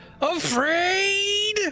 afraid